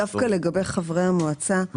דווקא לגבי חברי המועצה,